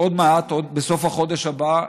עוד מעט, בסוף החודש הבא,